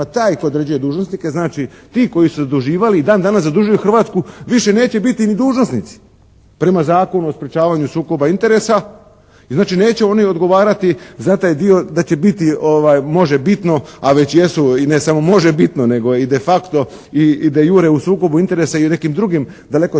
taj koji određuje dužnosnike, znači ti koji su se zaduživali i dan danas zadužuju Hrvatsku, više neće biti ni dužnosnici prema Zakonu o sprječavanju sukoba interesa i znači neće oni odgovarati za taj dio da će biti možebitno, a već jesu i ne samo možebitno nego i de facto i de iure u sukobu interesa i nekim drugim daleko težim